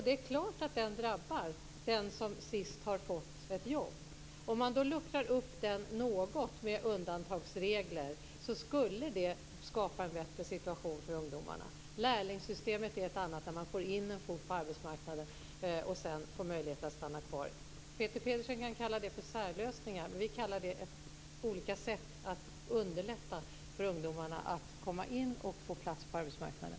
Det är klart att den drabbar den som sist har fått ett jobb. Om den luckrades upp något med undantagsregler, skulle det skapa en bättre situation för ungdomarna. Lärlingssystemet är en annan lösning som gör att man får in en fot på arbetsmarknaden och sedan får möjligheter att stanna kvar. Peter Pedersen kan kalla det för särlösningar, men vi kallar det för olika sätt att underlätta för ungdomarna att komma in och få plats på arbetsmarknaden.